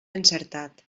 encertat